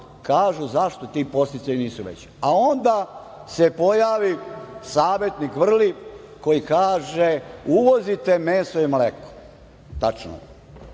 kažu – zašto ti podsticaji nisu veći? Onda se pojavi savetnik vrli koji kaže – uvozite meso i mleko. Tačno